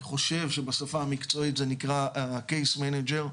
אני חושב שבשפה המקצועית זה נקרא Case Manager,